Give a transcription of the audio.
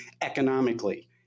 economically